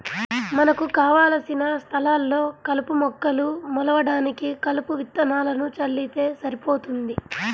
మనకు కావలసిన స్థలాల్లో కలుపు మొక్కలు మొలవడానికి కలుపు విత్తనాలను చల్లితే సరిపోతుంది